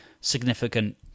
significant